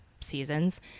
seasons